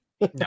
No